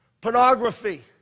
Pornography